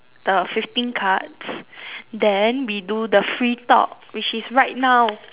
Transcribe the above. the fifteen cards then we do the free talk which is right now